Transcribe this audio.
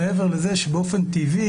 מעבר לזה שבאופן טבעי,